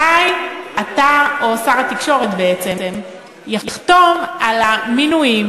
מתי אתה, או שר התקשורת בעצם, יחתום על המינויים?